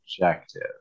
objective